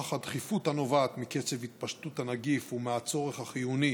לנוכח הדחיפות הנובעת מקצב התפשטות הנגיף ומהצורך החיוני